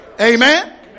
Amen